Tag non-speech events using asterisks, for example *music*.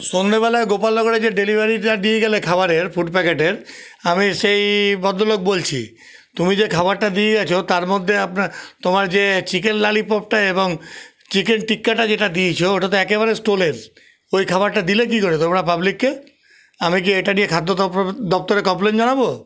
সন্ধ্যেবেলায় গোপালনগরে যে ডেলিভারিটা দিয়ে গেলে খাবারের ফুড প্যাকেটের আমি সেই ভদ্রলোক বলছি তুমি যে খাবারটা দিয়ে গেছ তার মধ্যে আপনার তোমার যে চিকেন লালিপপটা এবং চিকেন টিক্কাটা যেটা দিয়েছো ওটা তো একেবারে *unintelligible* ওই খাবারটা দিলে কি করে তোমরা পাবলিককে আমি কি এটা নিয়ে খাদ্য দপ্তরে কমপ্লেন জানাবো